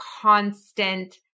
constant